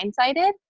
blindsided